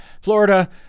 Florida